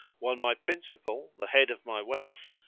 while my principal, the head of my wealth,